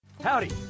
Howdy